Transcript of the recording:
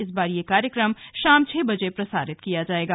इस बार यह कार्यक्रम शाम छह बजे प्रसारित किया जाएगा